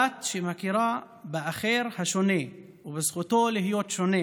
היא דת שמכירה באחר, השונה, ובזכותו להיות שונה,